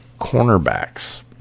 cornerbacks